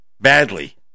badly